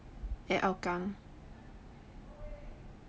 at hougang